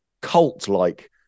cult-like